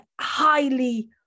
highly